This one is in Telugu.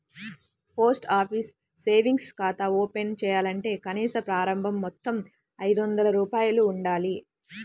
పోస్ట్ ఆఫీస్ సేవింగ్స్ ఖాతా ఓపెన్ చేయాలంటే కనీస ప్రారంభ మొత్తం ఐదొందల రూపాయలు ఉండాలి